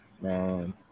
man